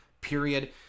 Period